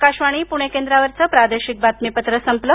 आकाशवाणी पणे केंद्रावरचं प्रादेशिक बातमीपत्र संपलं